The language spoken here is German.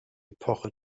epoche